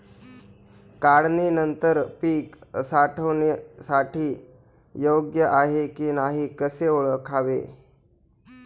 काढणी नंतर पीक साठवणीसाठी योग्य आहे की नाही कसे ओळखावे?